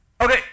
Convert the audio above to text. Okay